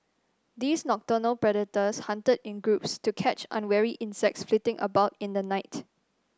these nocturnal predators hunted in groups to catch unwary insects flitting about in the night